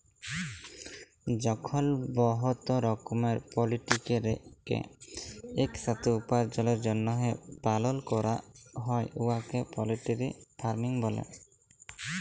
যখল বহুত রকমের পলটিরিকে ইকসাথে উপার্জলের জ্যনহে পালল ক্যরা হ্যয় উয়াকে পলটিরি ফার্মিং ব্যলে